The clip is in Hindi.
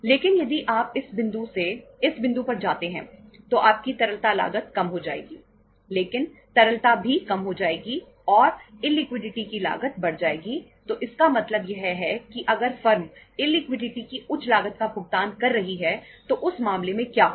लेकिन यदि आप इस बिंदु से इस बिंदु पर जाते हैं तो आपकी तरलता लागत कम हो जाएगी लेकिन तरलता भी कम हो जाएगी और इललिक्विडिटी की उच्च लागत का भुगतान कर रही है तो उस मामले में क्या होगा